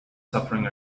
suffering